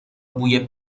بوی